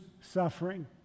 suffering